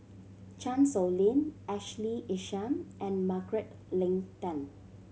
Chan Sow Lin Ashley Isham and Margaret Leng Tan